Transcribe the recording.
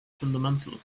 fundamental